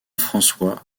françois